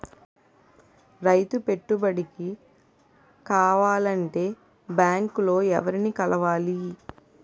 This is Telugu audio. రైతు పెట్టుబడికి కావాలంటే బ్యాంక్ లో ఎవరిని కలవాలి?